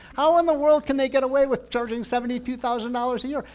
how in the world can they get away with charging seventy two thousand dollars a year?